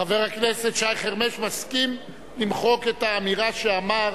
חבר הכנסת שי חרמש מסכים למחוק את האמירה שאמר